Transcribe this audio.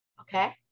Okay